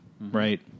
Right